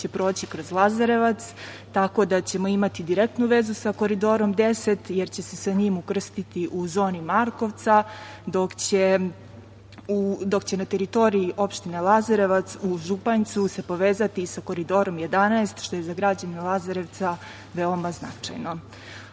će proći kroz Lazarevac, tako da ćemo imati direktnu vezu sa Koridorom 10, jer će se sa njim ukrstiti u zoni Markovca, dok će na teritoriji opštine Lazarevac u Županjcu se povezati sa Koridorom 11, što je za građane Lazarevca veoma značajno. Odluka